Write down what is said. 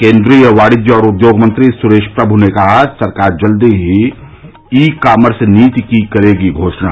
केन्द्रीय वाणिज्य और उद्योग मंत्री सुरेश प्रभु ने कहा सरकार जल्द ही ई कामर्स नीति की करेगी घोषणा